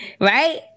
right